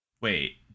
Wait